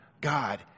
God